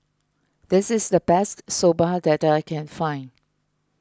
this is the best Soba that I can find